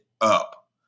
up